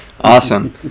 Awesome